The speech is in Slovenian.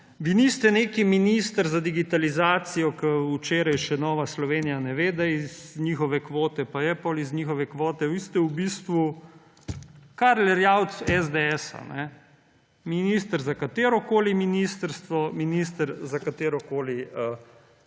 Vi niste neki minister za digitalizacijo, za katerega še do včeraj Nova Slovenija ne ve, da je iz njihove kvote, pa potem je iz njihove kvote. Vi ste v bistvu Karl Erjavec SDS – minister za katerokoli ministrstvo, minister za katerokoli